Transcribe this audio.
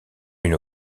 une